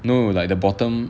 no like the bottom